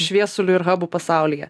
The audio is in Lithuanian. šviesuliu ir habu pasaulyje